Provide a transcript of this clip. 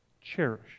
Cherish